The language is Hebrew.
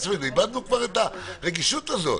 איבדנו כבר את הרגישות הזאת.